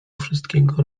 wszystkiego